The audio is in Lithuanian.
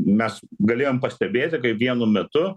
mes galėjom pastebėti kaip vienu metu